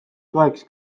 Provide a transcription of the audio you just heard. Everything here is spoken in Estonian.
toeks